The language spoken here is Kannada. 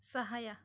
ಸಹಾಯ